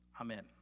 amen